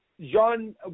John